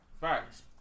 Facts